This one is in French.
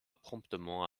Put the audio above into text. promptement